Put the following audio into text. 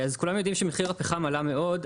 כולם יודעים שמחיר הפחם עלה מאוד,